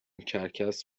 کرکس